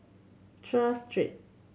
Tras Street